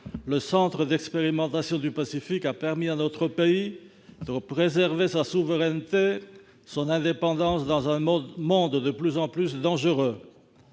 le Centre d'expérimentation du Pacifique a permis à notre pays de préserver sa souveraineté et son indépendance dans un monde de plus en plus dangereux.